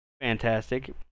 fantastic